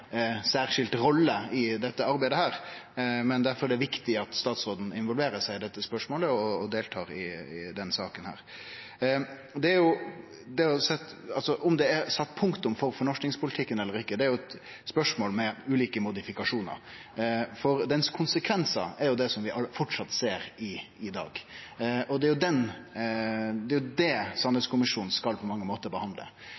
særskild rolle i dette arbeidet, difor er det viktig at statsråden involverer seg i dette spørsmålet og deltar i denne saka. Om det er sett punktum for fornorskingspolitikken eller ikkje, er eit spørsmål med ulike modifikasjonar, for konsekvensane av han ser vi framleis i dag. Det er det sanningskommisjonen skal behandle. Sanningskommisjonen vil ikkje vere tilstrekkeleg – det eine store svaret. Det vil også vere andre tiltak som er viktige, og som statsråden har løfta i sine innlegg, bl.a. forsking. Vil det